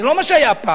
זה לא מה שהיה פעם.